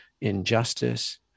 injustice